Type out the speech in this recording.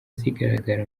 zigaragara